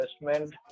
investment